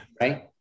Right